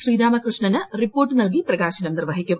ശ്രീരാമകൃഷ്ണന് report നൽകി പ്രകാശനം നിർവഹിക്കും